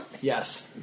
Yes